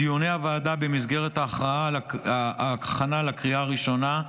בדיוני הוועדה במסגרת ההכנה לקריאה הראשונה,